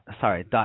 Sorry